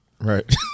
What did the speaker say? Right